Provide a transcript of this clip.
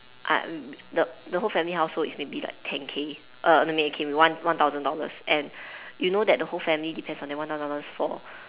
uh the the whole family household is maybe like ten K err one one thousand dollars and you know that the whole family depends on that one thousand dollars for